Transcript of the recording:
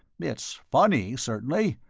it's funny, certainly.